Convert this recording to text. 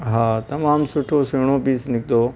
हा तमामु सुठो सुहिणो पीस निकितो